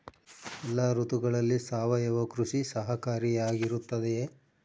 ಎಲ್ಲ ಋತುಗಳಲ್ಲಿ ಸಾವಯವ ಕೃಷಿ ಸಹಕಾರಿಯಾಗಿರುತ್ತದೆಯೇ?